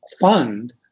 fund